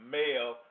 male